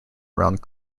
around